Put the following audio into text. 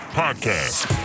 podcast